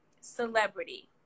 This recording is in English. celebrity